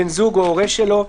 בן זוג או הורה שלו,